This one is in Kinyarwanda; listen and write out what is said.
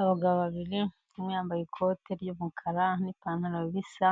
Abagabo babiri, umwe yambaye ikote ry'umukara n'ipantaro bisa,